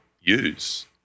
use